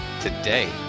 today